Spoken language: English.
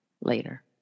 later